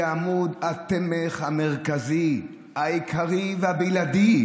היא עמוד התמך המרכזי, העיקרי והבלעדי,